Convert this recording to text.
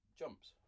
jumps